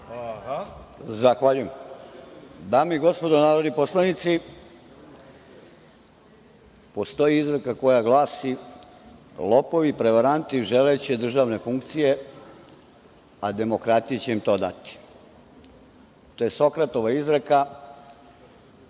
Zahvaljujem. Dame i gospodo narodni poslanici, postoji izreka koja glasi – lopovi i prevaranti želeće državne funkcije, a demokratija će im to dati. To je Sokratova izreka.